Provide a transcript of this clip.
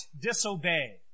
disobey